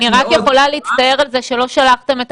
אני רק יכולה להצטער על זה שלא שלחתם את